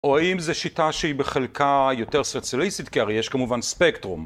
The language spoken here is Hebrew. או האם זו שיטה שהיא בחלקה יותר סוציאליסטית, כי הרי יש כמובן ספקטרום